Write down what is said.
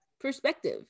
perspective